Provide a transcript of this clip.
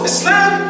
Islam